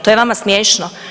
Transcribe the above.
To je vama smiješno?